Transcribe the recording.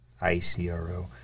ICRO